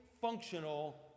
functional